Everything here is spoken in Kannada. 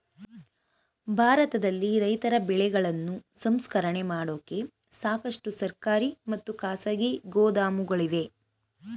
ಭಾರತದಲ್ಲಿ ರೈತರ ಬೆಳೆಗಳನ್ನು ಸಂಸ್ಕರಣೆ ಮಾಡೋಕೆ ಸಾಕಷ್ಟು ಸರ್ಕಾರಿ ಮತ್ತು ಖಾಸಗಿ ಗೋದಾಮುಗಳಿವೆ